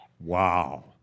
Wow